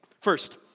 First